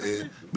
אתה יודע למה.